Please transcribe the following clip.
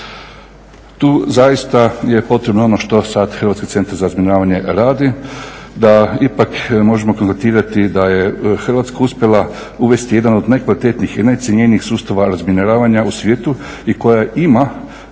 Tu je potrebno ono što sada Hrvatski centar za razminiravanje radi da ipak možemo konstatirati da je Hrvatska uspjela uvesti jedan od najkvalitetnijih i najcjenjenijih sustava razminiravanja u svijetu i koja ima